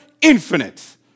Infinite